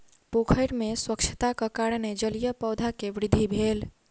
पोखैर में स्वच्छताक कारणेँ जलीय पौधा के वृद्धि भेल